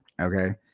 Okay